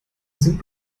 sind